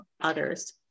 others